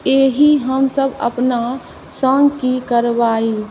एहि हमसभ अपना सँग की करबै